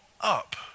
up